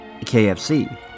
KFC